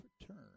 return